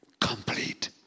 complete